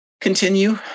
continue